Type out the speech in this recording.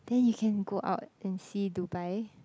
then you can go out and see Dubai